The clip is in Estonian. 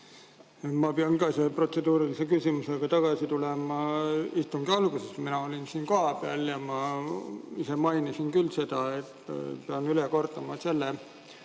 Ma pean ka selle protseduurilise küsimuse juurde tagasi tulema. Istungi alguses mina olin siin kohapeal ja ma ise mainisin küll seda ja pean üle kordama selle